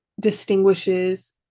distinguishes